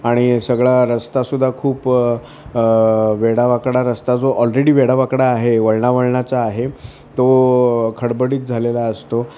आणि सगळा रस्तासुद्धा खूप वेडावाकडा रस्ता जो ऑलरेडी वेडावाकडा आहे वळणावळणाचा आहे तो खडबडीत झालेला असतो